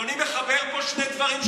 אנשים מחברים כאן שני דברים שלא קשורים.